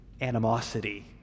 animosity